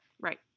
right